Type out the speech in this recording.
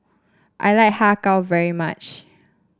I like Har Kow very much